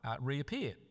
reappear